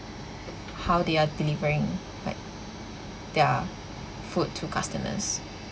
how they are delivering like their food to customers